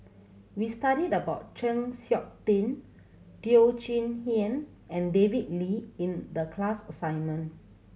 we studied about Chng Seok Tin Teo Chee Hean and David Lee in the class assignment